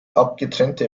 abgetrennte